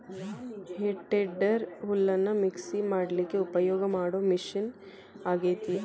ಹೇ tedder ಹುಲ್ಲನ್ನ mix ಮಾಡ್ಲಿಕ್ಕೆ ಉಪಯೋಗ ಮಾಡೋ ಮಷೇನ್ ಆಗೇತಿ